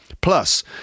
Plus